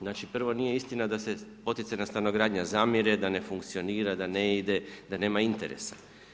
Znači, prvo nije istina da poticana stanogradnja zamire, da ne funkcionira, da ne ide, da nema interesa.